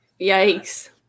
Yikes